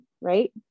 right